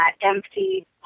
empty